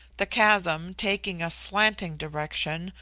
the chasm, taking a slanting direction,